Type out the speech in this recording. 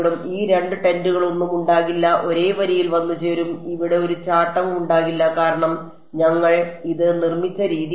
ഈ 2 ടെന്റുകളൊന്നും ഉണ്ടാകില്ല ഒരേ വരിയിൽ വന്നു ചേരും ഇവിടെ ഒരു ചാട്ടവും ഉണ്ടാകില്ല കാരണം ഞങ്ങൾ ഇത് നിർമ്മിച്ച രീതി കാരണം